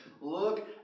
look